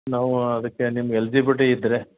ನಾವು ಅದಕ್ಕೆ ನಿಮ್ಗೆ ಎಲ್ಜಿಬ್ಲಿಟಿ ಇದ್ದರೆ